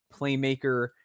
playmaker